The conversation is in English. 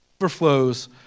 overflows